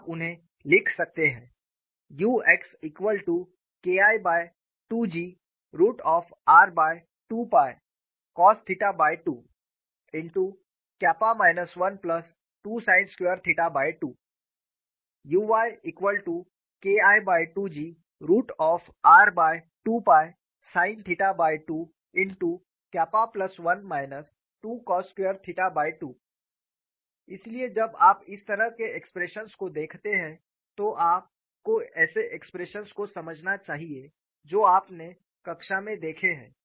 आप उन्हें लिख सकते हैं uxKI2Gr2cos2 12sin22 uyKI2Gr2sin21 2cos22 इसलिए जब आप इस तरह के एक्सप्रेशंस को देखते हैं तो आपको ऐसे एक्सप्रेशंस को समझना चाहिए जो आपने कक्षा में देखे हैं